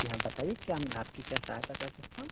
जी हाँ बताइए कि क्या मैं आपकी क्या सहायता कर सकता हूँ